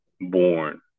born